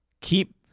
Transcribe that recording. keep